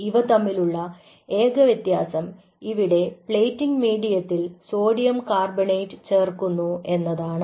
ഇവ തമ്മിലുള്ള ഏക വ്യത്യാസം ഇവിടെ പ്ലേറ്റിംഗ് മീഡിയത്തിൽ സോഡിയം കാർബണേറ്റ് ചേർക്കുന്നു എന്നതാണ്